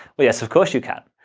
well yes, of course you can.